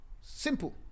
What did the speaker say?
simple